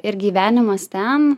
ir gyvenimas ten